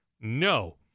no